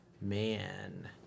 Man